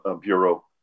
Bureau